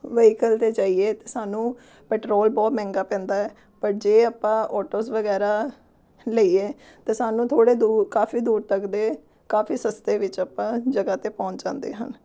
vehicle 'ਤੇ ਜਾਈਏ ਤਾਂ ਸਾਨੂੰ ਪੈਟਰੋਲ ਬਹੁਤ ਮਹਿੰਗਾ ਪੈਂਦਾ ਹੈ ਬਟ ਜੇ ਆਪਾਂ ਔਟੋਜ਼ ਵਗੈਰਾ ਲਈਏ ਤਾਂ ਸਾਨੂੰ ਥੋੜ੍ਹੇ ਦੂਰ ਕਾਫੀ ਦੂਰ ਤੱਕ ਦੇ ਕਾਫੀ ਸਸਤੇ ਵਿੱਚ ਆਪਾਂ ਜਗ੍ਹਾ 'ਤੇ ਪਹੁੰਚ ਜਾਂਦੇ ਹਨ